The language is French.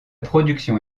production